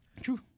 True